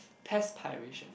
perspiration